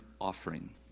offering